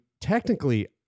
technically